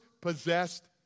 possessed